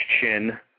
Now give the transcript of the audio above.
chin –